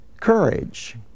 courage